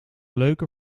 leuke